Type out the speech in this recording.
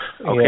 okay